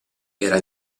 era